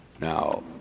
Now